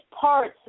parts